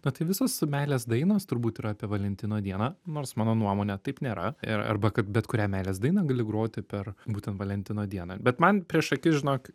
na tai visos meilės dainos turbūt yra apie valentino dieną nors mano nuomone taip nėra ir arba kad bet kurią meilės dainą gali groti per būtent valentino dieną bet man prieš akis žinok